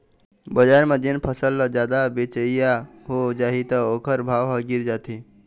बजार म जेन फसल ल जादा बेचइया हो जाही त ओखर भाव ह गिर जाथे